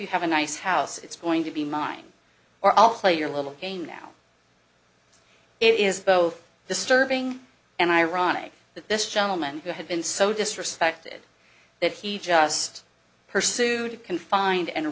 you have a nice house it's going to be mine or i'll play your little game now it is both the starving and ironic that this gentleman who had been so disrespected that he just pursued confined and